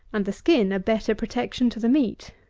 and the skin a better protection to the meat.